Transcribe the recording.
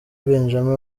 benjamin